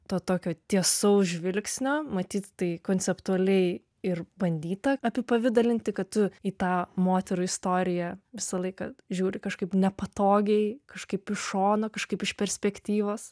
to tokio tiesaus žvilgsnio matyt tai konceptualiai ir bandyta apipavidalinti kad tu į tą moterų istoriją visą laiką žiūri kažkaip nepatogiai kažkaip iš šono kažkaip iš perspektyvos